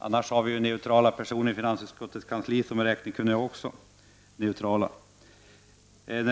Annars har vi ju neutrala personer i finansutskottets kansli, som också är räknekunniga.